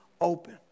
open